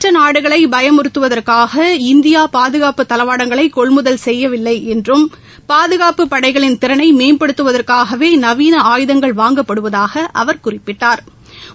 மற்ற நாடுகளை பயமுறுத்துவதற்காக இந்தியா பாதுகாப்பு தளவாடங்களை கொள்முதல் செய்வதில்லை என்றும் பாதுகாப்புப் படைகளின் திறனை மேம்படுத்துவதற்காகவே நவீன ஆயுதங்கள் வாங்கப்படுவதாக அவர் குறிப்பிட்டா்